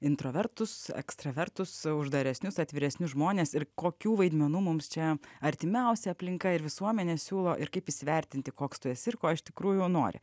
introvertus ekstravertus uždaresnius atviresnius žmones ir kokių vaidmenų mums čia artimiausia aplinka ir visuomenė siūlo ir kaip įsivertinti koks tu esi ir ko iš tikrųjų nori